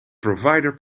provider